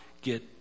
get